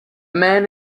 man